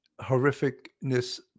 horrificness